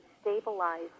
stabilize